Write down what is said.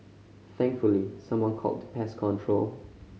thankfully someone called the pest control